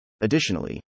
Additionally